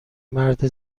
مرد